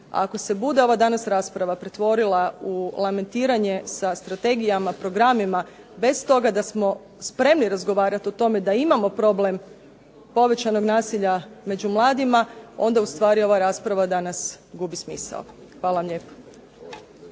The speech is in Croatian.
Ako se bude ova danas rasprava pretvorila u lamentiranje sa strategijama, programima bez toga da smo spremni razgovarati o tome da imamo problem povećanog nasilja među mladima onda ustvari ova rasprava danas gubi smisao. Hvala vam lijepo.